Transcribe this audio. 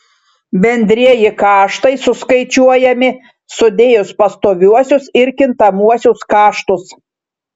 bendrieji kaštai suskaičiuojami sudėjus pastoviuosius ir kintamuosius kaštus